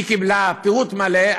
היא קיבלה פירוט מלא.